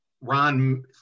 Ron